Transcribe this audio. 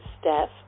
Steph